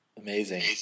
Amazing